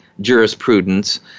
jurisprudence